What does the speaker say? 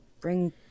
bring